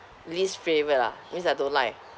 least favourite ah means I don't like